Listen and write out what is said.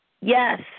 Yes